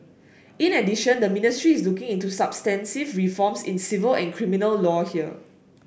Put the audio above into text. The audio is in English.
in addition the ministry is looking into substantive reforms in civil and criminal law here